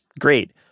Great